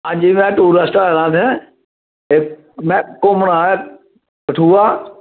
आं जी में टुरिस्ट आये दा इत्थें ते में ओह् आये दा कठुआ